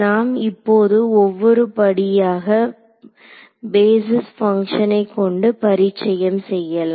நாம் இப்போது ஒவ்வொரு படியாக பேஸிஸ் பங்க்ஷனை கொண்டு பரிச்சயம் செய்யலாம்